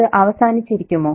അത് അവസാനിച്ചിരിക്കുമോ